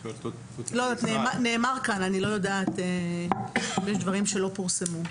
זה נאמר כאן; אני לא יודעת אם יש דברים שלא פורסמו.